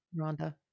Rhonda